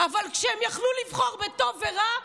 אבל כשהם יכלו לבחור בטוב או ברע,